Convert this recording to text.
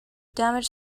damage